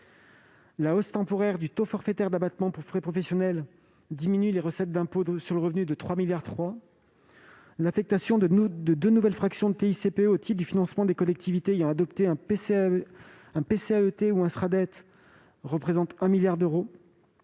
La hausse temporaire du taux forfaitaire d'abattement pour frais professionnels diminue les recettes d'impôt sur le revenu de 3,3 milliards d'euros. L'affectation de deux nouvelles fractions de TICPE au titre du financement des collectivités ayant adopté un plan climat-air-énergie territorial (PCAET)